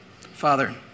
Father